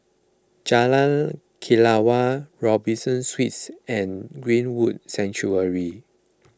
Jalan Kelawar Robinson Suites and Greenwood